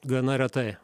gana retai